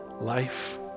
life